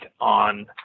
on